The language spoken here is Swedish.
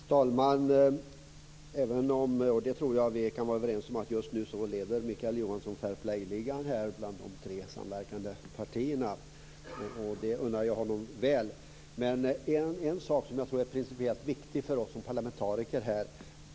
Fru talman! Jag tror att vi kan vara överens om att Mikael Johansson just nu leder fair play-ligan bland de tre samverkande partierna. Det unnar jag honom väl. Men det finns en sak som utvecklas alltmer som jag tror är principiellt viktig för oss parlamentariker.